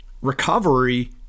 recovery